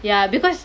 ya because